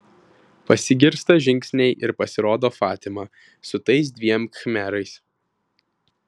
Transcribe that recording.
pasigirsta žingsniai ir pasirodo fatima su tais dviem khmerais